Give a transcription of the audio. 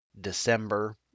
December